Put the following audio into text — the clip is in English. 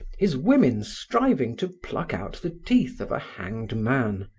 his women striving to pluck out the teeth of a hanged man,